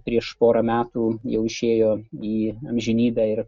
prieš porą metų jau išėjo į amžinybę ir